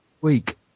week